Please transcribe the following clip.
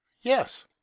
Yes